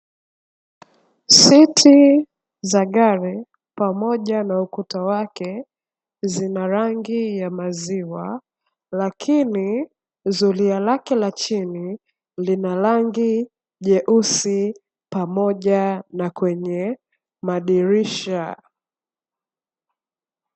Seti za gari pamoja na ukuta wake, zina rangi ya maziwa, lakini zulia lake la chini lina rangi nyeusi pamoja na kwenye madirisha.